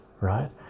right